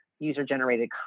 user-generated